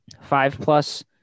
Five-plus